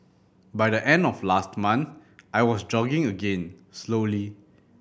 by the end of last month I was jogging again slowly